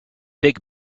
big